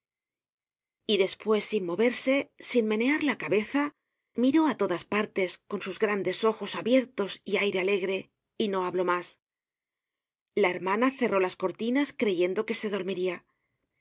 y despues sin moverse sin menear la cabeza miró á todas partes con sus grandes ojos abiertos y aire alegre y no habló mas la hermana cerró las cortinas creyendo que se dormiria